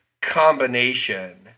combination